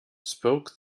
spoke